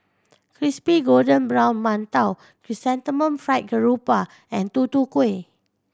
crispy golden brown mantou Chrysanthemum Fried Garoupa and Tutu Kueh